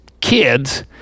kids